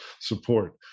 support